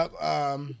up